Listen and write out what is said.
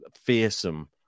fearsome